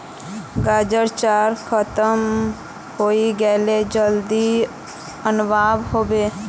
गाइर चारा खत्म हइ गेले जल्दी अनवा ह बे